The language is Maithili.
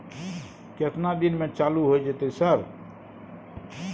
केतना दिन में चालू होय जेतै सर?